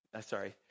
sorry